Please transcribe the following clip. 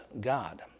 God